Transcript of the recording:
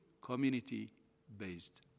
community-based